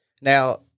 Now